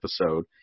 episode